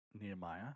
Nehemiah